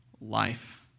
life